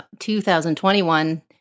2021